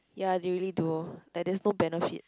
ya they really do like there's no benefit